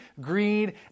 greed